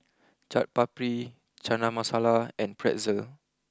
Chaat Papri Chana Masala and Pretzel